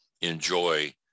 enjoy